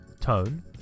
tone